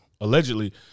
allegedly